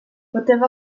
poteva